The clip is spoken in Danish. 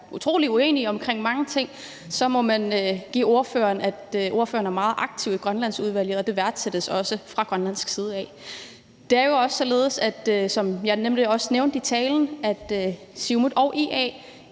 utrolig uenige om mange ting, må man give ordføreren, at ordføreren er meget aktiv i Grønlandsudvalget, og det værdsættes også fra grønlandsk side. Det er jo således, som jeg også nævnte i talen, at Siumut og IA